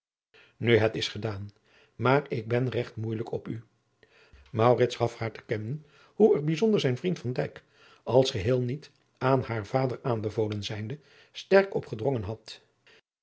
nu het is gedaan maar ik ben regt moeijelijk op u maurits gaf haar te kennen hoe er bijzonder zijn vriend van dijk als geheel niet aan haar vader aanbevolen zijnde sterk op gedrongen had